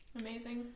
amazing